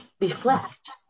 reflect